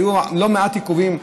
והיו לא מעט עיכובים,